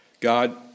God